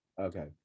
Okay